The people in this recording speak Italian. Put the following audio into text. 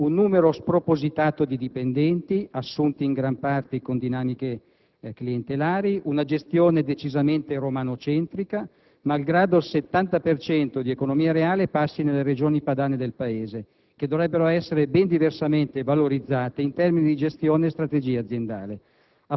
un numero spropositato di dipendenti, assunti in gran parte con dinamiche clientelari, una gestione decisamente "romanocentrica", malgrado il 70 per cento di economia reale passi nelle Regioni padane del Paese, che dovrebbero essere ben diversamente valorizzate in termini di gestione e strategia aziendale.